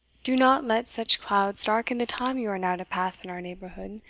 do not let such clouds darken the time you are now to pass in our neighbourhood,